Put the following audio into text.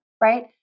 right